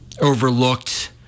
overlooked